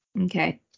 Okay